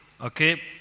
Okay